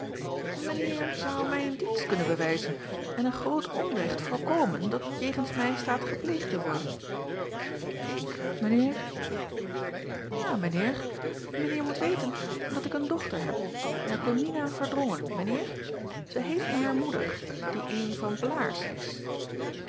eer zou mij een dienst kunnen bewijzen en een groot onrecht voorkomen dat jegens mij staat gepleegd te worden k mijn eer a mijn eer ijn eer moet weten dat ik een dochter heb akomina erdrongen mijn eer ij heet naar haar moeder die eene an laars is